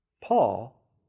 Paul